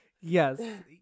Yes